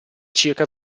circa